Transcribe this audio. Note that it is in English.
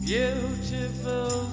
Beautiful